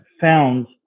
found